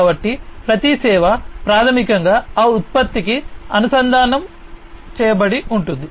కాబట్టి ప్రతి సేవ ప్రాథమికంగా ఆ ఉత్పత్తికి అనుసంధానించబడి ఉంటుంది